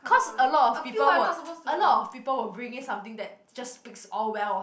cause a lot of people would a lot of people would bring in something that just speaks all well